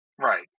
Right